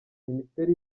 ministeri